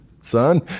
son